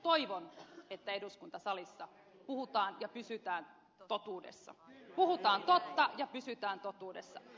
toivon että eduskuntasalissa puhutaan totta ja pysytään totuudessa